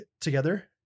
together